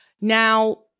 Now